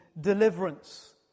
deliverance